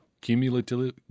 cumulatively